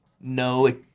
no